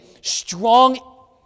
strong